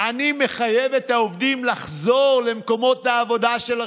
אני מחייב את העובדים לחזור למקומות העבודה שלהם,